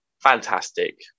fantastic